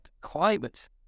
climate